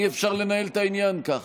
אי-אפשר לנהל את העניין ככה.